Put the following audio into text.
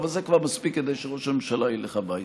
אבל זה כבר מספיק כדי שראש הממשלה ילך הביתה.